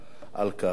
על כך.